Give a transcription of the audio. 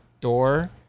door